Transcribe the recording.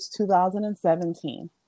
2017